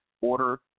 Order